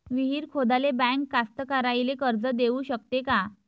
विहीर खोदाले बँक कास्तकाराइले कर्ज देऊ शकते का?